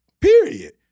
period